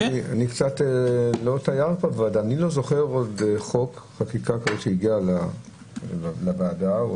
אני לא זוכר עוד חקיקה כזאת שהגיעה לוועדה,